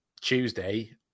Tuesday